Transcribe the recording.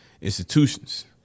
institutions